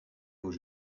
aux